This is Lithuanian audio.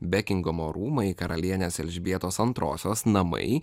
bekingemo rūmai karalienės elžbietos antrosios namai